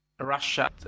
Russia